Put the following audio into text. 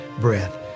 breath